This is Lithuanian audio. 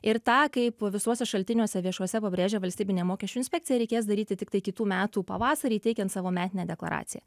ir tą kaip visuose šaltiniuose viešuose pabrėžia valstybinė mokesčių inspekcija reikės daryti tiktai kitų metų pavasarį teikiant savo metinę deklaraciją